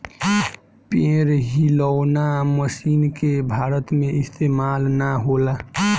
पेड़ हिलौना मशीन के भारत में इस्तेमाल ना होला